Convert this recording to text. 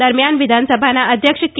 દરમ્યાન વિધાનસભાના અધ્યક્ષ કે